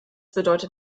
bedeutet